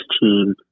team